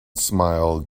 smile